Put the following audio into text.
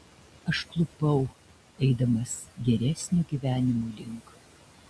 aš klupau eidamas geresnio gyvenimo link